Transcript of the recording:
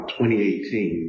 2018